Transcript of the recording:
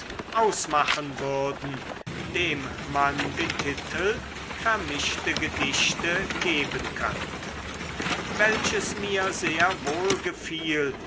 ausmachen würden dem man den titel vermischte gedichte geben könnte welches mir sehr wohl gefiel